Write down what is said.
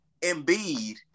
Embiid